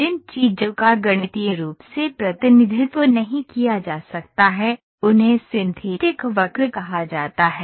जिन चीजों का गणितीय रूप से प्रतिनिधित्व नहीं किया जा सकता है उन्हें सिंथेटिक वक्र कहा जाता है